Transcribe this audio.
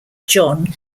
john